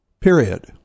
period